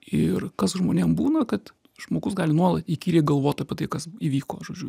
ir kas žmonėm būna kad žmogus gali nuolat įkyriai galvot apie tai kas įvyko žodžiu